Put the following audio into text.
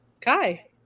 Kai